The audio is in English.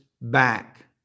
back